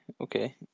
okay